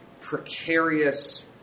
precarious